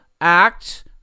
act